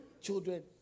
children